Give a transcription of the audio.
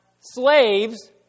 slaves